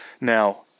Now